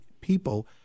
people